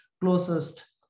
closest